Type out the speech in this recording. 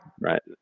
Right